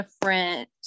different